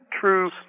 true